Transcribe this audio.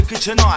Tonight